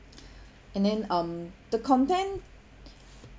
and then um the content